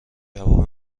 جواب